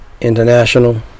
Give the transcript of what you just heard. International